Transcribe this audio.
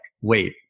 wait